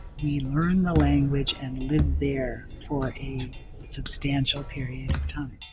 we learn the language and live there for a substantial period of time.